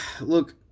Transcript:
Look